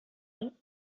این